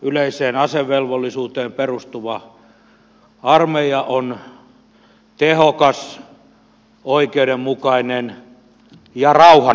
yleiseen asevelvollisuuteen perustuva armeija on tehokas oikeudenmukainen ja rauhanomainen